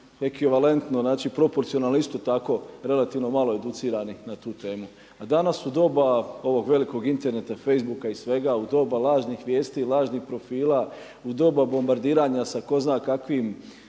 ekvivalentno, znači proporcionalno isto tako relativno malo educirani na tu temu. A danas u doba ovog velikog interneta, Facebooka i svega, u doba lažnih vijesti, lažnih profila, u doba bombardiranja sa tko zna kakvim